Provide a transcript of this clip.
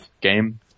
game